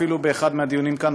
אפילו באחד מהדיונים כאן,